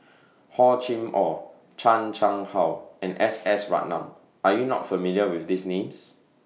Hor Chim Or Chan Chang How and S S Ratnam Are YOU not familiar with These Names